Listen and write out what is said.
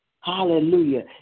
Hallelujah